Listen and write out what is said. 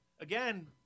again